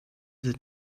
the